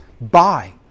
buy